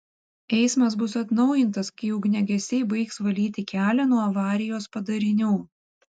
eismas bus atnaujintas kai ugniagesiai baigs valyti kelią nuo avarijos padarinių